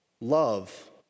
Love